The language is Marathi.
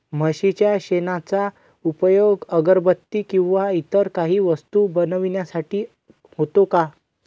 म्हशीच्या शेणाचा उपयोग अगरबत्ती किंवा इतर काही वस्तू बनविण्यासाठी होतो का?